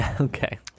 Okay